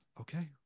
Okay